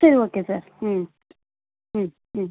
சரி okay sir ம் ம் ம்